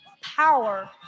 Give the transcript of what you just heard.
power